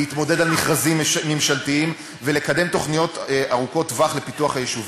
להתמודד על מכרזים ממשלתיים ולקדם תוכניות ארוכות-טווח לפיתוח היישובים.